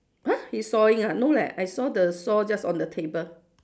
!huh! he's sawing ah no leh I saw the saw just on the table